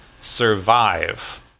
survive